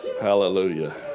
Hallelujah